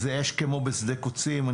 וזה כמו אש בשדה קוצים.